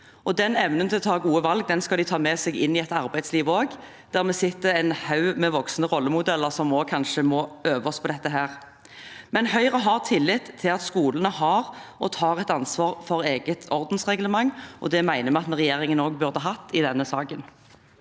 Den evnen til å ta gode valg skal de ta med seg inn i arbeidslivet også, der det sitter en haug med voksne rollemodeller som også kanskje må øve seg på dette. Høyre har tillit til at skolene har og tar et ansvar for eget ordensreglement, og det mener vi at regjeringen også burde ha i denne saken.